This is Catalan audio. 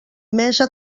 mesa